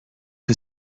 que